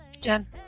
Jen